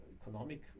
economic